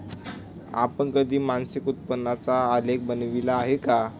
आपण कधी मासिक उत्पन्नाचा आलेख बनविला आहे का?